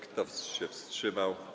Kto się wstrzymał?